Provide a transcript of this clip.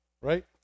right